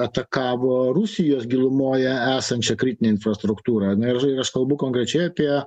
atakavo rusijos gilumoje esančią kritinę infrastruktūrą ane ir aš kalbu konkrečiai apie